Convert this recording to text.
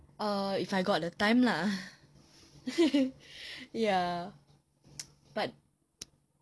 err if I got the time lah ya but